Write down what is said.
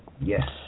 Yes